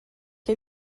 que